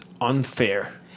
unfair